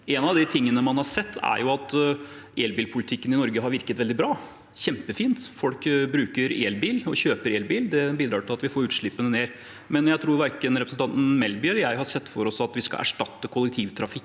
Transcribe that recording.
En av tingene man har sett, er at elbilpolitikken i Norge har virket veldig bra. Det er kjempefint. Folk bruker elbil og kjøper elbil. Det bidrar til at vi får utslippene ned. Men jeg tror verken representanten Melby eller jeg har sett for oss at vi skal erstatte kollektivtrafikken